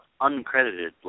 uncredited